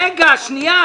רגע,